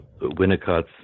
Winnicott's